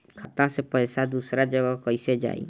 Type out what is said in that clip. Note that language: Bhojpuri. खाता से पैसा दूसर जगह कईसे जाई?